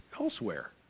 elsewhere